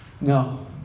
No